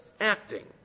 acting